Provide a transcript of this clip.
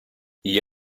gli